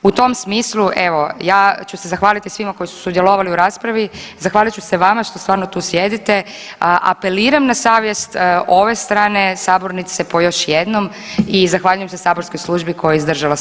U tom smislu evo ja ću se zahvaliti svima koji su sudjelovali u raspravi, zahvalit ću se vama što stvarno tu sjedite, a apeliram na savjest ove strane sabornice po još jednom i zahvaljujem se saborskoj službi koja je izdržala s nama do sada.